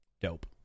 Dope